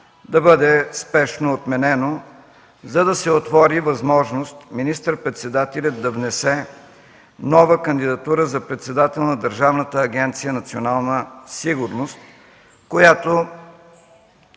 да бъде спешно отменено, за да се отвори възможност министър-председателят да внесе нова кандидатура за председател на Държавна агенция „Национална сигурност”, която